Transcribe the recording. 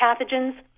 pathogens